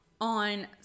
on